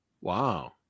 Wow